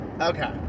Okay